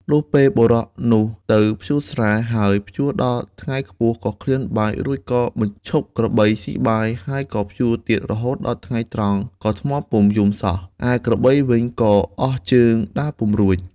លុះពេលបុរសនោះទៅភ្ជួរស្រែ ហើយភ្ជួរដល់ថ្ងៃខ្ពស់ក៏ឃ្លានបាយ រួចក៏បញ្ឈប់ក្របីស៊ីបាយ ហើយក៏ភ្ជួរទៀតរហូតដល់ថ្ងៃត្រង់ក៏ថ្មពុំយំសោះ ឯក្របីវិញក៏អស់ជើងដើរពុំរួច។